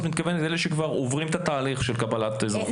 את מתכוונת לאלה שכבר עוברים את התהליך של קבלת האזרחות?